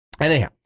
Anyhow